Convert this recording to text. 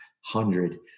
hundred